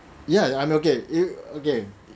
ya I'm okay you okay